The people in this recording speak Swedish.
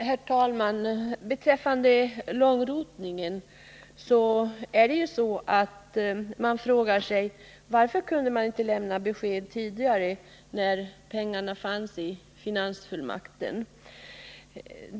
Herr talman! Beträffande långrotningen frågar man sig varför besked inte kunde lämnas tidigare när pengarna fanns i finansfullmakten.